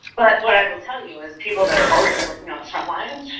but what i will tell you is people that are already working on the front lines